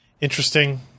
Interesting